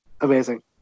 Amazing